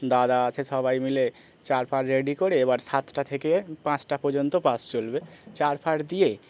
দাদা আছে সবাই মিলে চার ফার রেডি করে এবার সাতটা থেকে পাঁচটা পর্যন্ত মাছ চলবে চার ফার দিয়ে